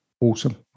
awesome